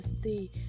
stay